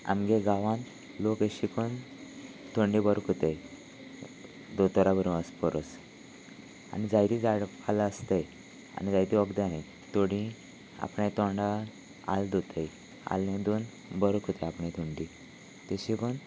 आमगे गांवांत लोक हे शिकून थोंडी बरो कोताय दोतोरां भर वस परस आनी जायती झाड पालो आसताय आनी जायती वखदां थोडी आपण तोंडा आलें दोताय आलें दवरून बरो कोताय आपणे थंडी तेशी करून